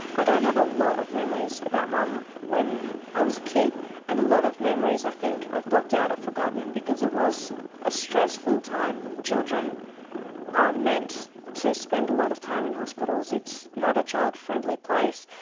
i don't have a lot of memories about mum when i was a kid and a lot of memories i think i've blocked out, or forgotten because it was a stressful time. children aren't meant to spend a lot of time in hospitals, it's not a child friendly place.